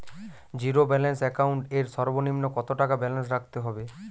Zero balance account এর সর্বনিম্ন কত টাকা ব্যালেন্স রাখতে হবে?